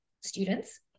students